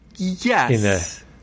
Yes